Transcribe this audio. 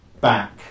back